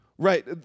Right